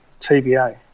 TBA